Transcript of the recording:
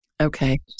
Okay